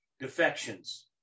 defections